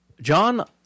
John